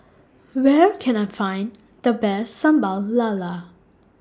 Where Can I Find The Best Sambal Lala